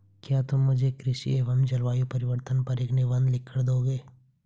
क्या तुम मुझे कृषि एवं जलवायु परिवर्तन पर एक निबंध लिखकर दोगे?